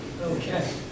Okay